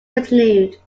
continued